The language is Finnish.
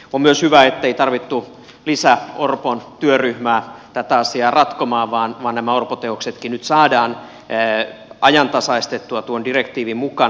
on myös hyvä ettei tarvittu lisä orpon työryhmää tätä asiaa ratkomaan vaan nämä orpoteoksetkin nyt saadaan ajantasaistettua tuon direktiivin mukana